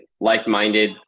like-minded